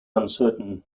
uncertain